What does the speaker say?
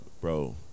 bro